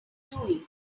doing